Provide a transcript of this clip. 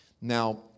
Now